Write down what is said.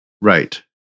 Right